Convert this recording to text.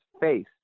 face